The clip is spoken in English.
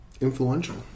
Influential